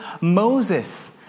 Moses